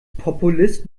populist